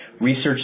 research